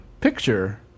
picture